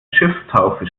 schiffstaufe